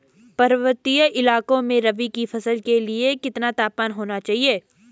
पर्वतीय इलाकों में रबी की फसल के लिए कितना तापमान होना चाहिए?